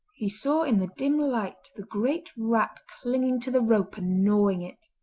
he saw in the dim light the great rat clinging to the rope and gnawing it.